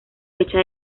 fecha